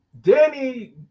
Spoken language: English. danny